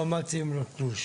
לא מוציאים לו תלוש.